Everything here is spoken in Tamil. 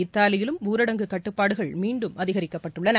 இத்தாலியிலும் ஊரடங்கு கட்டுப்பாடுகள் மீண்டும் அதிகரிக்கப்பட்டுள்ளன